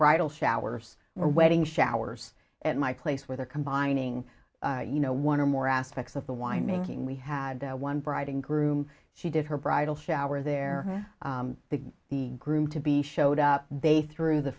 bridal showers or wedding showers at my place where they're combining you know one or more aspects of the wine making we had one bride and groom she did her bridal shower there the the groom to be showed up they threw the